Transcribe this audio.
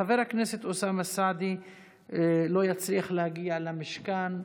חבר הכנסת אוסאמה סעדי לא יצליח להגיע למשכן,